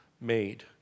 made